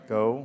go